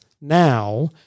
now